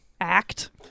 Act